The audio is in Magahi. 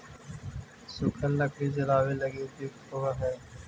सूखल लकड़ी जलावे लगी उपयुक्त होवऽ हई